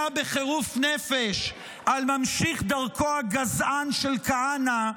בחירוף נפש על ממשיך דרכו הגזען של כהנא,